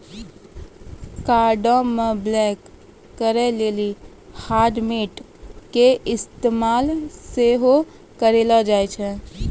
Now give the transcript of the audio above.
कार्डो के ब्लाक करे लेली हाटमेल के इस्तेमाल सेहो करलो जाय छै